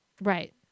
Right